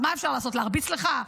אז מה אפשר לעשות, להרביץ לך?